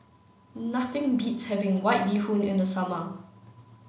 nothing beats having White Bee Hoon in the summer